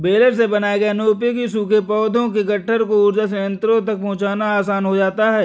baler से बनाए गए अनुपयोगी सूखे पौधों के गट्ठर को ऊर्जा संयन्त्रों तक पहुँचाना आसान हो जाता है